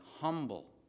humble